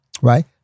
right